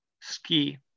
ski